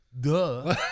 Duh